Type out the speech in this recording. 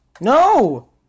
No